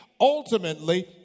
ultimately